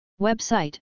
Website